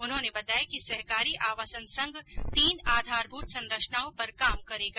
उन्होंने बताया कि सहकारी आवासन संघ तीन आधारभूत संरचनाओं पर काम करेगा